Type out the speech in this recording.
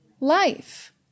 life